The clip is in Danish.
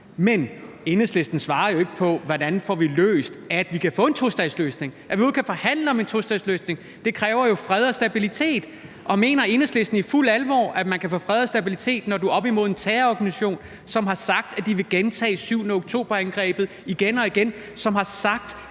Men Enhedslisten svarer jo ikke på, hvordan man får gjort, at vi kan få en tostatsløsning. At vi overhovedet kan forhandle om en tostatsløsning, kræver jo fred og stabilitet. Mener Enhedslisten i fuld alvor, at man kan få fred og stabilitet, når man er oppe imod en terrororganisation, som har sagt, at de vil gentage angrebet den 7. oktober igen og igen, og som har sagt,